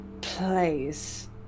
place